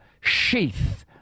sheath